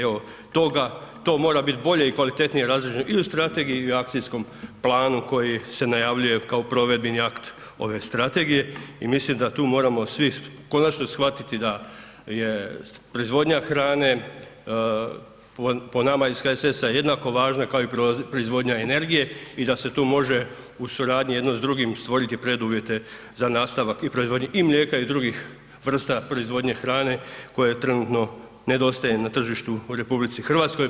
Evo toga, to mora biti bolje i kvalitetnije razrađeno i u strategiji i akcijskom planu koji se najavljuje kao provedbeni akt ove strategije i mislim da tu moramo svi konačno shvatiti da je proizvodnja hrane po nama iz HSS-a jednako važna kao i proizvodnja energije i da se tu može u suradnji jedno s drugim stvoriti preduvjete za nastavak i proizvodnje i mlijeka i drugih vrsta proizvodnje hrane koje trenutno nedostaje na tržištu u RH.